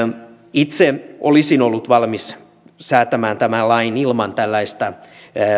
itse olisin ollut valmis säätämään tämän lain ilman tällaista